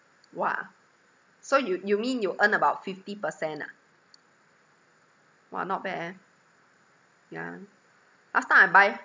!wah! so you you mean you earn about fifty percent ah !wah! not bad eh yeah last time I buy